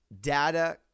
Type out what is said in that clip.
Data